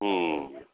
ହୁଁ